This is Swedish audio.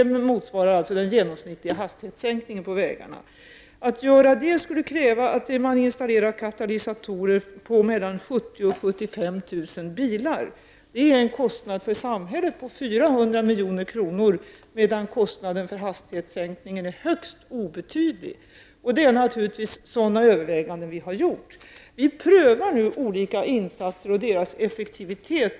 Om motsvarande minskning skulle kunna ske genom installation av katalysatorer krävs det att 70 000--75 000 katalysatorer installeras. Det blir en kostnad för samhället på 400 milj.kr., medan kostnaden för hastighetssänkningen är högst obetydlig. Det är naturligtvis sådana överväganden som vi har gjort. Vi prövar nu olika insatser och deras effektivitet.